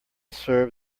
serve